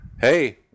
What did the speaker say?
hey